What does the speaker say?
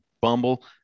Bumble